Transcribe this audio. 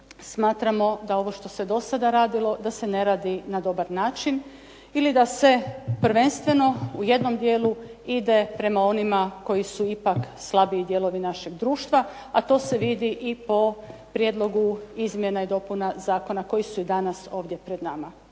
smatramo da ovo što se do sada radilo da se ne radi na dobar način ili da se prvenstveno u jednom dijelu ide prema onima koji su ipak slabiji dijelovi našeg društva, a to se vidi i po prijedlogu izmjena i dopuna zakona koji su i danas ovdje pred nama.